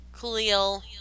khalil